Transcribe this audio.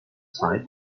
side